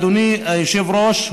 אדוני היושב-ראש,